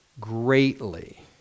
greatly